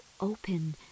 open